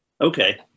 Okay